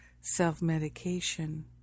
self-medication